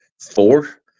four